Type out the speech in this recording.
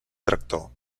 tractor